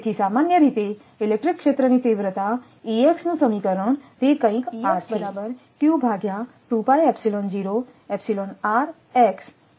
તેથી સામાન્ય રીતે ઇલેક્ટ્રિક ક્ષેત્રની તીવ્રતા નું સમીકરણ 5 તે કંઈક આ છે